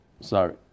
Sorry